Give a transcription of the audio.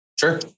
sure